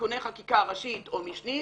תיקוני חקיקה ראשית או משנית